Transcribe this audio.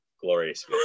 Glorious